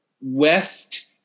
west